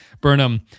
Burnham